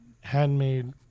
handmade